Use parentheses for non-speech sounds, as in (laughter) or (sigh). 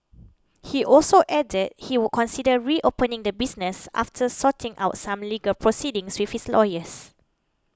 he also added he would consider reopening the business after sorting out some legal proceedings (unintelligible) lawyers